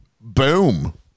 boom